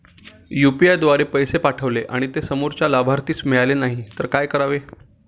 UPI द्वारे पैसे पाठवले आणि ते समोरच्या लाभार्थीस मिळाले नाही तर काय करावे?